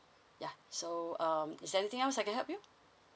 yeah so um is there anything else I can help you